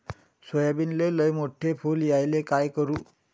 सोयाबीनले लयमोठे फुल यायले काय करू?